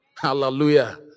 Hallelujah